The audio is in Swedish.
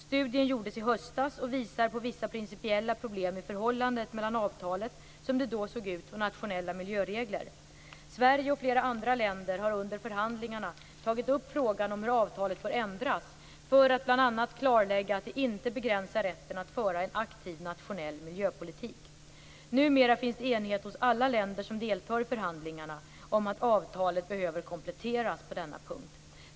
Studien gjordes i höstas och visar på vissa principiella problem i förhållandet mellan MAI avtalet - som det då såg ut - och nationella miljöregler. Sverige och flera andra länder har under förhandlingarna tagit upp frågan om hur avtalet bör ändras för att bl.a. klarlägga att det inte begränsar rätten att föra en aktiv nationell miljöpolitik. Numera finns det en enighet hos alla länder som deltar i förhandlingarna om att avtalet behöver kompletteras på denna punkt.